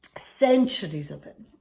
centuries of it.